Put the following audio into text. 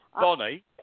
Bonnie